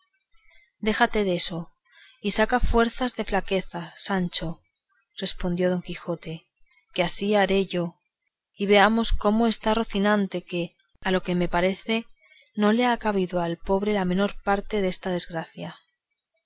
siquiera déjate deso y saca fuerzas de flaqueza sancho respondió don quijoteque así haré yo y veamos cómo está rocinante que a lo que me parece no le ha cabido al pobre la menor parte desta desgracia